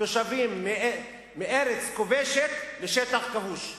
תושבים מארץ כובשת לשטח כבוש.